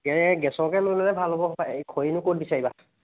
ইয়াৰে গেছকে লৈ ল'লে ভাল হ'ব এই খৰিনো ক'ত বিচাৰিবা